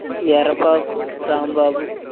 Errabaku Rambabu